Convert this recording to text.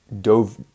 dove